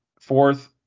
fourth